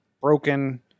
broken